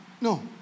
No